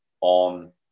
on